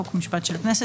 חוק ומשפט של הכנסת,